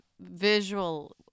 visual